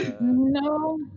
No